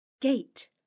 Gate